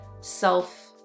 self